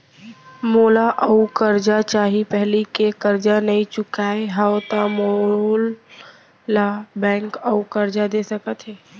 मोला अऊ करजा चाही पहिली के करजा नई चुकोय हव त मोल ला बैंक अऊ करजा दे सकता हे?